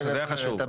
זה לא מונע.